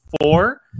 four